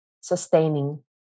Sustaining